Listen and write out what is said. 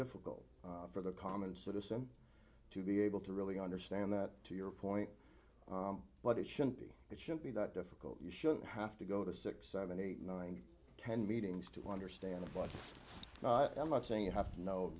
difficult for the common citizen to be able to really understand that to your point but it shouldn't be it shouldn't be that difficult you shouldn't have to go to six seven eight nine ten meetings to understand what i'm not saying you have to know